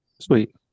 sweet